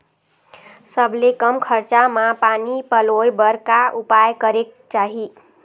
सबले कम खरचा मा पानी पलोए बर का उपाय करेक चाही?